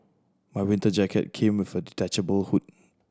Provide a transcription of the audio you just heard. my winter jacket came with a detachable hood